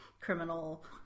criminal